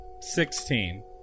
Sixteen